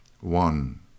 One